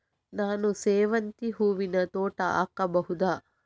ನಾನು ಸೇವಂತಿ ಹೂವಿನ ತೋಟ ಹಾಕಬಹುದಾ?